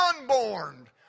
unborn